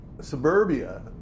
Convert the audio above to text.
suburbia